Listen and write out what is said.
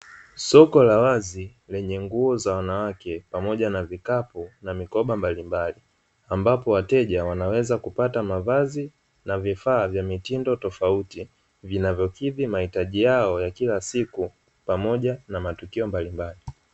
Soko la wazi lenye nguo za wanawake pamoja na vikapu na mikoba mbalimbali, ambapo wateja wanaweza kupata mavazi na vifaa vya mitindo tofauti, vinavyokidhi mahitaji yao ya kila siku pamoja na matukio mbalimbali.